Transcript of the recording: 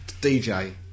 DJ